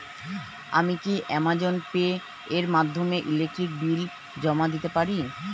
আমি কি Amazon Pay এর মাধ্যমে ইলেকট্রিক বিল জমা দিতে পারি?